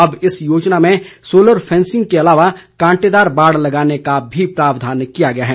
अब इस योजना में सोलर फेंसिंग के अलावा कांटेदार बाड़ लगाने का भी प्रावधान किया गया है